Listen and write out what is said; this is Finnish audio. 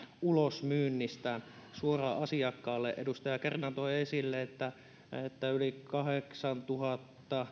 ulosmyynnistä suoraan asiakkaalle edustaja kärnä toi esille että kun on yli kahdeksantuhannen